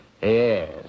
Yes